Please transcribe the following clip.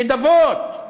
נדבות.